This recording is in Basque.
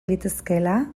litezkeela